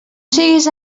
siguis